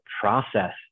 process